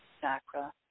chakra